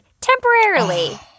temporarily